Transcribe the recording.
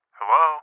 Hello